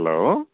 hello